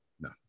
no